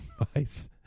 advice